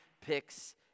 picks